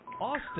Austin